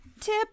Tip